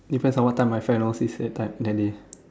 depends on what time my friend O_C_S end time then they